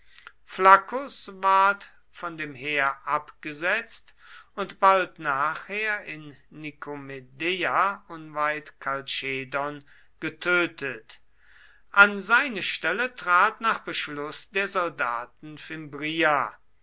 flaccus ward von dem heer abgesetzt und bald nachher in nikomedeia unweit kalchedon getötet an seine stelle trat nach beschluß der soldaten